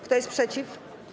Kto jest przeciw?